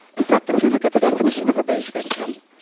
in fact, if you look at the definition of a basic income,